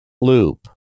Loop